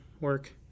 work